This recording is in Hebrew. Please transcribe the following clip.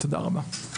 תודה רבה.